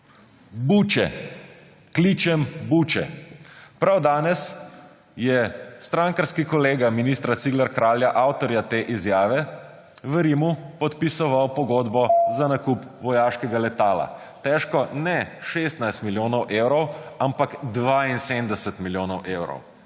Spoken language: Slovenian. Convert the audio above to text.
Buče. Kličem Buče. Prav danes je strankarski kolega ministra Cigler Kralja, avtorja te izjave, v Rimu podpisoval pogodbo za nakup vojaškega letala, težko ne 16 milijonov evrov, ampak 72 milijonov evrov.